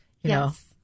Yes